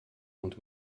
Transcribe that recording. und